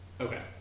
Okay